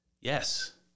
yes